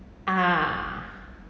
ah